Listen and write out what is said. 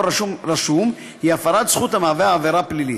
רשום הוא הפרת זכות המהווה עבירה פלילית.